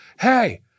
hey